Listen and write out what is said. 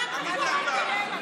מה קורה כאן?